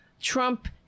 trump